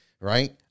right